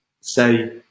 say